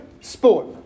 sport